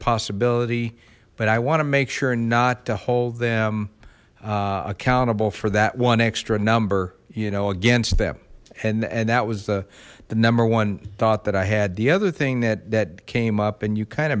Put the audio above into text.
possibility but i want to make sure not to hold them accountable for that one extra number you know against them and and that was the number one thought that i had the other thing that that came up and you kind